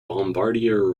bombardier